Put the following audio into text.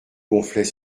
gonflait